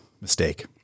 mistake